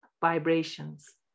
vibrations